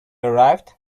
arrived